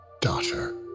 Daughter